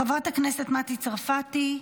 חברת הכנסת מטי צרפתי,